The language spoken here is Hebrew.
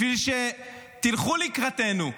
בשביל שתלכו לקראתנו?